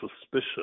suspicious